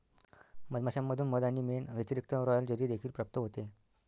मधमाश्यांमधून मध आणि मेण व्यतिरिक्त, रॉयल जेली देखील प्राप्त होते